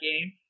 game